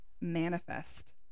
Manifest